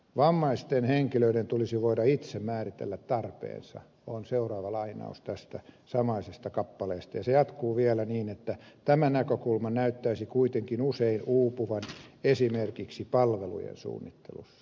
vammaisten henkilöiden tulisi voida itse määritellä tarpeensa on seuraava lainaus tästä samaisesta kappaleesta ja se jatkuu vielä niin että tämä näkökulma näyttäisi kuitenkin usein uupuvan esimerkiksi palvelujen suunnittelussa